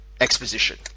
exposition